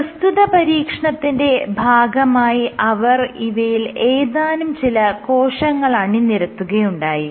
പ്രസ്തുത പരീക്ഷണത്തിന്റെ ഭാഗമായി അവർ ഇവയിൽ ഏതാനും ചില കോശങ്ങൾ അണിനിരത്തുകയുണ്ടായി